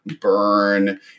Burn